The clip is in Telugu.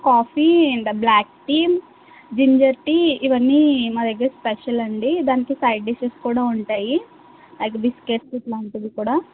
coffee and black tea ginger tea ఇవన్నీ మా దగ్గర స్పెషల్ అండి దానికి సైడ్ డిషెస్ కూడా ఉంటాయి ఎగ్ బిస్కట్స్ అట్లాంటివి కూడా